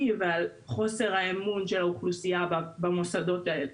ועל חוסר האמון של האוכלוסייה במוסדות האלה.